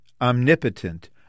omnipotent